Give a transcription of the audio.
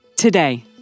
Today